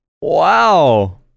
Wow